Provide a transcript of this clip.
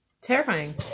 Terrifying